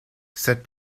cette